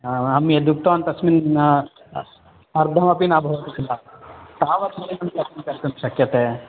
अहं यद्युक्तवान् तस्मिन् अर्धमपि न भवति किल तावत्ं कर्तुं शक्यते